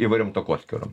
įvairiom takoskyrom